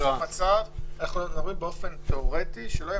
אנחנו מדברים באופן תיאורטי שלא יהיה